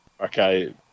okay